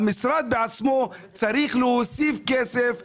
המשרד בעצמו צריך להוסיף כסף ממנו,